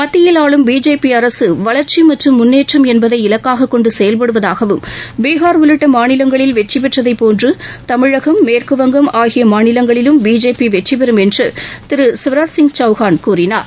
மத்தியில் ஆளும் பிஜேபி அரசு வளர்ச்சி மற்றும் முன்னேற்றம் என்பதை இலக்காக கொண்டு செயவ்படுவதாகவும் பீகார் உள்ளிட்ட மாநிலங்களில் வெற்றி பெற்றதைபோன்று தமிழகம் மேற்கு வங்கம் ஆகிய மாநிலங்களிலும் பிஜேபி வெற்றி பெறும் என்று திரு சிவராஜ்சிங் சௌகான் கூறினார்